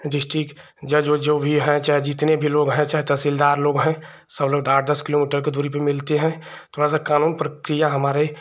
district जज जो भी हैं चाहे जितने भी लोग हैं चाहे तहसीलदार लोग हैं सब लोग आठ दस किलोमीटर की दूरी पर मिलते हैं थोड़ा सा कानूनी प्रक्रिया हमारे